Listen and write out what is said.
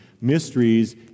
mysteries